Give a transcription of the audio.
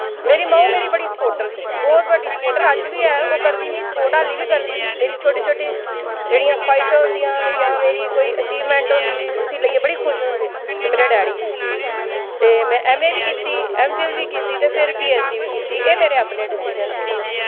मेरी माऊ मेरी बड़ी सपोर्टर ही बोह्त बड्डी सपोर्टर अज्ज बी ऐ ओह् करदी मी सपोर्ट आल्ली बी करदी मेरी छोटी छोटी जेह्ड़ियां ख्वाईशां होंदियां यां मेरी कोई अचीवमेंट होंदी उस्सी लेइयै बड़ी खुश होंदी ते मेरे डैडी बी ते मैं ऐम्म ए बी कीती ऐम्म फिल्ल बी कीती ते फिर पी ऐच्च डी बी कीती एह् मेरे अपने डिसिजन हे